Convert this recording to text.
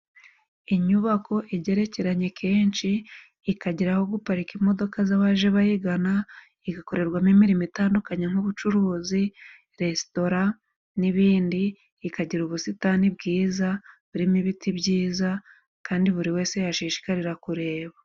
Inyubako igerekeranye kenshi, ikagera aho guparika imodoka z'abaje bayigana, igakorerwamo imirimo itandukanye nk'ubucuruzi resitora n'ibindi, ikagira ubusitani bwiza burimo ibiti byiza kandi buri wese yashishikarira kureba.